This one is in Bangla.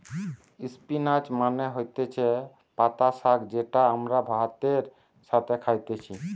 স্পিনাচ মানে হতিছে পাতা শাক যেটা আমরা ভাতের সাথে খাইতেছি